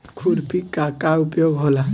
खुरपी का का उपयोग होला?